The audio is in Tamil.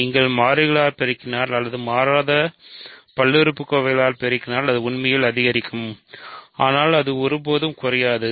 நீங்கள் மாறிலிகளால் பெருக்கினால் அல்லது மாறாத பல்லுறுப்புக்கோவைகளால் பெருக்கினால் அது உண்மையில் அதிகரிக்கும் ஆனால் அது ஒருபோதும் குறையாது